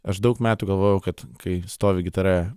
aš daug metų galvojau kad kai stovi gitara